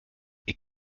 est